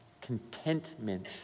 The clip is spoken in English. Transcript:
contentment